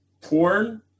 porn